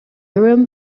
urim